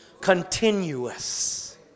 continuous